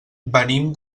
venim